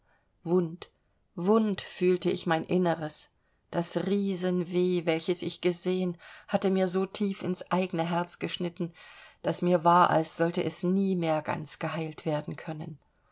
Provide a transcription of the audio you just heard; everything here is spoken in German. wund wund fühlte ich mein inneres das riesenweh welches ich gesehen hatte mir so tief ins eigene herz geschnitten daß mir war als sollte es nie mehr ganz geheilt werden können